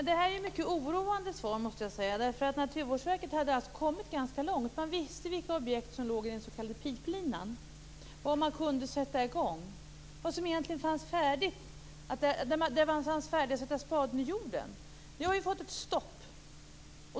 Fru talman! Det här är ett mycket oroande svar. Naturvårdsverket hade kommit ganska långt. De visste vilka objekt som låg i den s.k. piplinan. De kunde sätta i gång. Det var färdigt att sätta spaden i jorden. Nu har det blivit stopp.